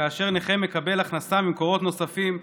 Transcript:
כאשר נכה מקבל הכנסה ממקורות נוספים,